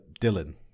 Dylan